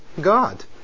God